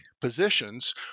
positions